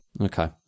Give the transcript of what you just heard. Okay